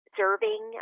serving